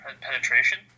penetration